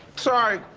sorry.